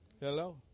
Hello